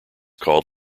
called